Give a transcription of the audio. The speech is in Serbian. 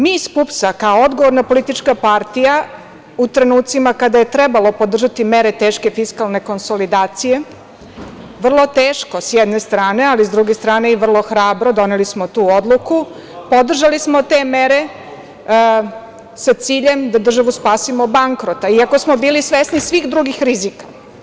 Mi iz PUPS-a, kao odgovorna politička partija, u trenucima kada je trebalo podržati mere teške fiskalne konsolidacije, vrlo teško, sa jedne strane, ali i sa druge strane vrlo hrabro, doneli smo tu odluku i podržali smo te mere sa ciljem da državu spasimo bankrota, iako smo bili svesni svih drugih rizika.